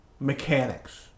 mechanics